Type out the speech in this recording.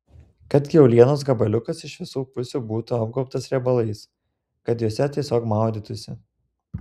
kad kiaulienos gabaliukas iš visų pusių būtų apgaubtas riebalais kad juose tiesiog maudytųsi